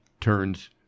turns